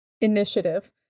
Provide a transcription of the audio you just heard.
initiative